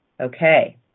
Okay